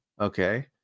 okay